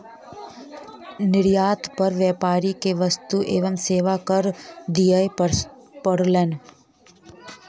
निर्यात पर व्यापारी के वस्तु एवं सेवा कर दिअ पड़लैन